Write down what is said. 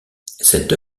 cette